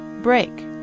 break